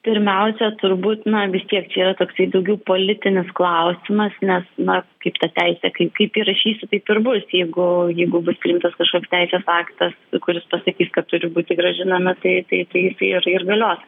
pirmiausia turbūt na vis tiek čia yra toksai daugiau politinis klausimas nes na kaip ta teisė kaip kaip įrašysi taip ir bus jeigu jeigu bus priimtas kažkoks teisės aktas kuris pasakys kad turi būti grąžinama tai tai tai jisai ir ir galios